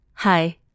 Hi